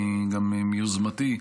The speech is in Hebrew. גם מיוזמתי,